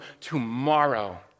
tomorrow